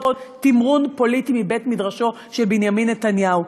תמרון פוליטי מבית-מדרשו של בנימין נתניהו.